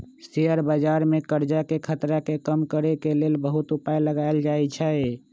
share बजार में करजाके खतरा के कम करए के लेल बहुते उपाय लगाएल जाएछइ